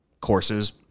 courses